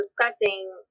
discussing